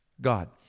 God